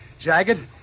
jagged